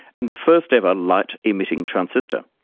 and the first ever light-emitting transistor.